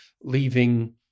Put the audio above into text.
leaving